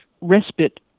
respite